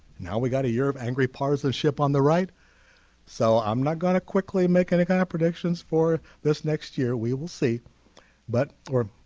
now we got a year of angry partisanship on the right so i'm not gonna quickly make any contradictions for this next year we will see but or